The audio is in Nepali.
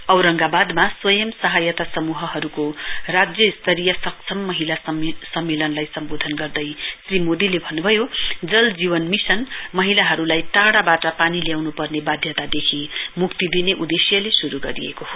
औरगांबादमा स्वंय सहायता समूहहरूको राज्य स्तरीय सक्षम महिला सम्मेलनलाई सम्बोधन गर्दै श्री मोदीले भन्नुभयो जल जीवन मिशन महिलाहरूलाई टाढ़ाबाट पानी ल्याउनु पर्ने वाध्यतादेखि मुक्ति दिन उदेश्यले शुरू गरिएको हो